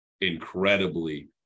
incredibly